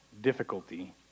difficulty